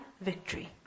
victory